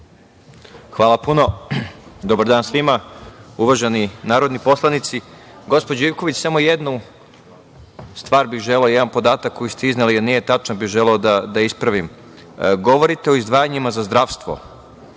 Hvala puno. Dobar dan svima, uvaženi narodni poslanici. Gospođo Ivković, samo jednu stvar bih želeo, jedan podatak koji ste izneli, jer nije tačan, bi želeo da ispravim. Govorite o izdvajanjima za zdravstvo,